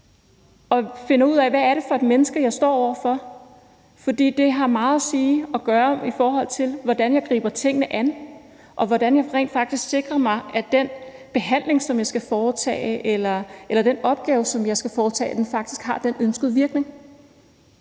og finder ud af, hvad det er for et menneske, jeg står over for. For det har meget at sige og meget at gøre med, hvordan jeg griber tingene an, og hvordan jeg rent faktisk sikrer mig, at den opgave eller den behandling, som jeg skal foretage, har den ønskede virkning.